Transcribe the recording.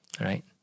Right